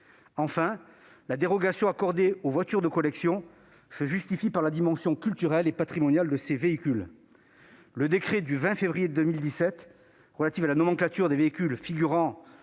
Enfin, la dérogation accordée aux voitures de collection se justifie par la dimension culturelle et patrimoniale de ces véhicules. Le décret du 20 février 2017 relatif à la nomenclature des véhicules figurant